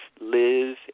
live